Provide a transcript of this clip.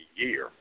year